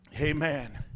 Amen